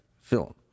film